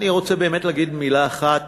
אני רוצה באמת להגיד מילה אחת